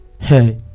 Hey